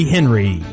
Henry